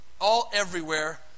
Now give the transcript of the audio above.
All-everywhere